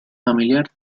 familiar